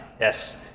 yes